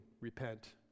repent